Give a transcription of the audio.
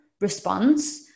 response